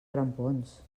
grampons